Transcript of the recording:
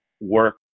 work